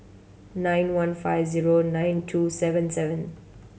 nine one five zero nine two seven seven